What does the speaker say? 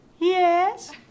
Yes